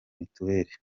mituweri